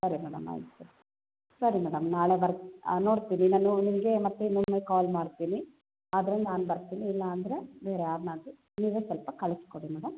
ಸರಿ ಮೇಡಮ್ ಆಯಿತು ಸರಿ ಮೇಡಮ್ ನಾಳೆ ಬರ ನೋಡ್ತೀವಿ ನಾನು ನಿಮಗೆ ಮತ್ತೆ ನಿಮಗೆ ಕಾಲ್ ಮಾಡ್ತೀನಿ ಆದರೆ ನಾನು ಬರ್ತೀನಿ ಇಲ್ಲ ಅಂದರೆ ಬೇರೆಯಾರನ್ನಾದ್ರು ನೀವೇ ಸ್ವಲ್ಪ ಕಳಿಸ್ಕೊಡಿ ಮೇಡಮ್